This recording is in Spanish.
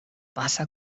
pasa